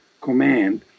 command